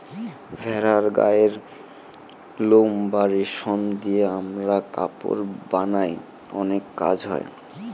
ভেড়ার গায়ের লোম বা রেশম দিয়ে আমরা কাপড় বানায় অনেক কাজ হয়